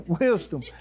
wisdom